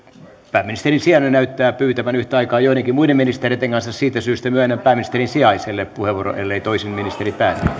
pääministerin sijainen näyttää pyytävän puheenvuoroa yhtä aikaa joidenkin muiden ministereitten kanssa siitä syystä myönnän pääministerin sijaiselle puheenvuoron ellei toisin ministeri päätä